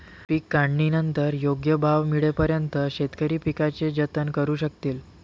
पीक काढणीनंतर योग्य भाव मिळेपर्यंत शेतकरी पिकाचे जतन करू शकतील